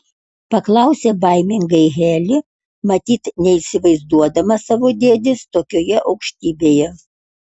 paklausė baimingai heli matyt neįsivaizduodama savo dėdės tokioje aukštybėje